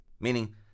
Meaning